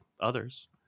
others